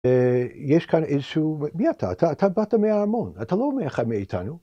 יש כאן איזשהו... מי אתה? אתה באת מהארמון, אתה לא אחד איתנו.